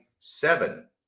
Seven